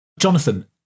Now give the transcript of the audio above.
Jonathan